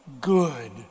good